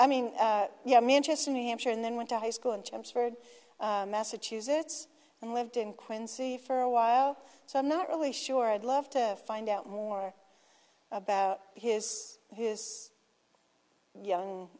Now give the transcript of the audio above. i mean you know manchester new hampshire and then went to high school and jim spared massachusetts and lived in quincy for a while so i'm not really sure i'd love to find out more about his his young